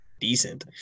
decent